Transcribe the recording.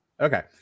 Okay